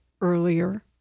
earlier